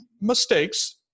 mistakes